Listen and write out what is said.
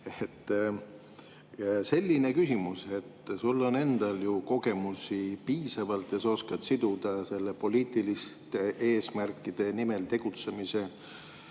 Selline küsimus. Sul on endal ju kogemusi piisavalt ja sa oskad siduda selle poliitiliste eesmärkide nimel tegutsemise